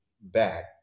back